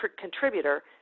contributor